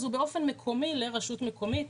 אז הוא באופן מקומי לרשות מקומית,